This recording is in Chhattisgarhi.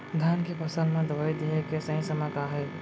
धान के फसल मा दवई देहे के सही समय का हे?